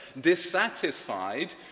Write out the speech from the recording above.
dissatisfied